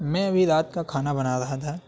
میں ابھی رات کا کھانا بنا رہا تھا